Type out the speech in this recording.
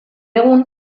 egun